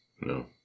No